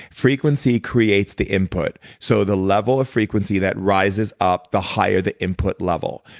frequency creates the input, so the level of frequency that rises up, the higher the input level.